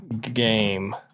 game